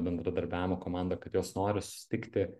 bendradarbiavimo komanda kad jos nori susitikti